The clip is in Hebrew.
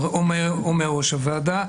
אומר ראש הוועדה,